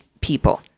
people